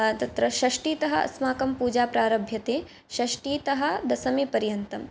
तत्र षष्टितः अस्माकं पूजा प्रारभ्यते षष्टीतः दशमिपर्यन्तम्